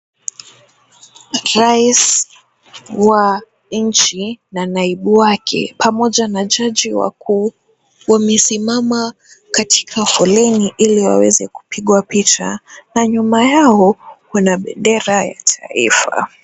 Rais wa nchi na naibu wake pamoja na jaji wakuu wamesimama katika foleni ili waweze kupigwa picha na nyuma yao kuna bendera ya taifa.